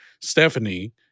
Stephanie